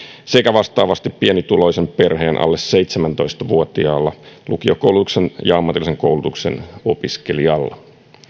sekä vastaavasti pienituloisen perheen alle seitsemäntoista vuotiaalla lukiokoulutuksen ja ammatillisen koulutuksen opiskelijalla